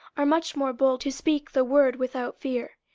are much more bold to speak the word without fear.